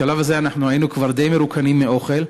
בשלב הזה היינו כבר די מרוקנים מאוכל,